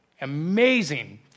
amazing